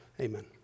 Amen